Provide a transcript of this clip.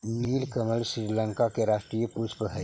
नीलकमल श्रीलंका के राष्ट्रीय पुष्प हइ